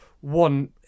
one